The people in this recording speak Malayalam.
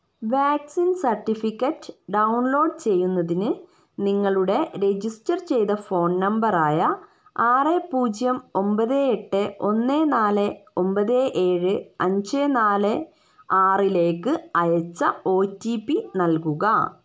വാക്സിൻ സർട്ടിഫിക്കറ്റ് ഡൗൺലോഡ് ചെയ്യുന്നതിന് നിങ്ങളുടെ രജിസ്റ്റർ ചെയ്ത ഫോൺ നമ്പർ ആയ ആറ് പൂജ്യം ഒമ്പത് എട്ട് ഒന്ന് നാല് ഒമ്പത് ഏഴ് അഞ്ച് നാല് ആറിലേക്ക് അയച്ച ഒ റ്റി പി നൽകുക